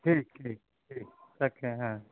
ठीक ठीक ठीक रखते हैं हाँ